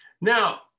now